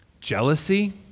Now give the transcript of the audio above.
Jealousy